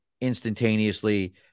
instantaneously